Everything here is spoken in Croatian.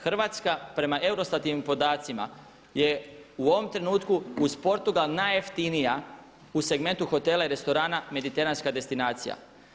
Hrvatska prema EUROSTAT podacima je u ovom trenutku uz Portugal najjeftinija u segmentu hotela i restorana mediteranska destinacija.